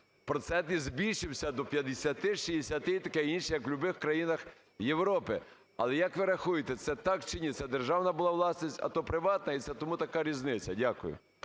процентний збільшився до 50-60 і таке інше, як в любих країнах Європи. Але, як ви рахуєте, це так чи ні, це державна була власність, а то приватна, і це тому така різниця? Дякую.